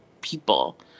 people